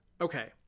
Okay